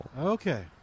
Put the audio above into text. Okay